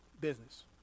business